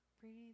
Breathe